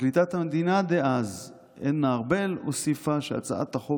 פרקליטת המדינה דאז עדנה ארבל הוסיפה שהצעת החוק